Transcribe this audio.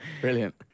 Brilliant